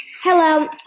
Hello